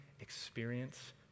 experience